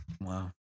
Wow